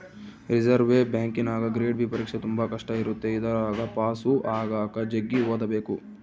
reserve ಬ್ಯಾಂಕಿನಗ grade B ಪರೀಕ್ಷೆ ತುಂಬಾ ಕಷ್ಟ ಇರುತ್ತೆ ಇದರಗ ಪಾಸು ಆಗಕ ಜಗ್ಗಿ ಓದಬೇಕು